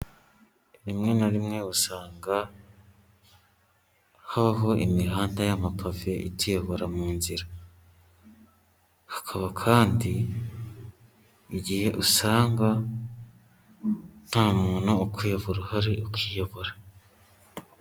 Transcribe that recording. Rimwe na rimwe usanga habaho imihanda yamapave ituyobora mu nzira, hakaba kandi igihe usanga nta muntu ukuyobora uhari ukiyobora.